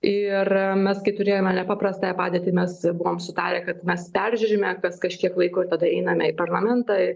ir mes kai turėjome nepaprastąją padėtį mes buvom sutarę kad mes peržiūrime kas kažkiek laiko ir tada einame į parlamentą